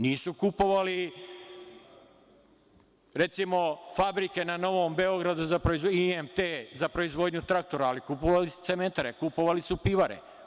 Nisu kupovali, recimo, fabrike na Novom Beogradu, „IMT“, za proizvodnju traktora, ali kupovali su cementare, kupovali su pivare.